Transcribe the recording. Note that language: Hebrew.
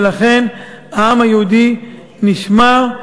ולכן העם היהודי נשמר,